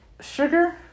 sugar